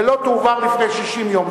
ולא תועבר לפני 60 יום,